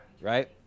right